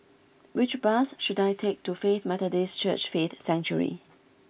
which bus should I take to Faith Methodist Church Faith Sanctuary